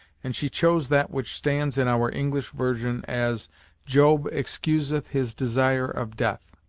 and she chose that which stands in our english version as job excuseth his desire of death.